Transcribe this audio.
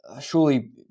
Surely